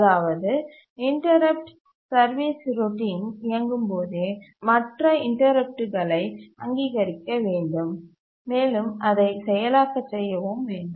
அதாவது interrupt service routine இயங்கும்போதே மற்ற இன்டரப்ட்டுகளை அங்கீகரிக்க வேண்டும் மேலும் அதை செயலாக்க செய்யவும் வேண்டும்